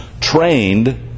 trained